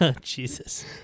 Jesus